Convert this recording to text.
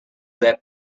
that